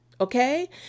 Okay